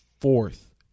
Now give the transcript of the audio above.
fourth